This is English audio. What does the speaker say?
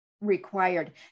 required